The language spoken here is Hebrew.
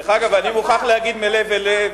דרך אגב, אני מוכרח להגיד מלב אל לב,